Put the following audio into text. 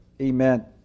Amen